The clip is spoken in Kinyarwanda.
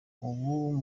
ubu